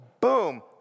boom